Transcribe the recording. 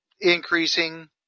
increasing